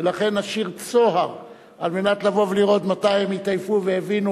ולכן נשאיר צוהר על מנת לבוא ולראות מתי הם יתעייפו ויבינו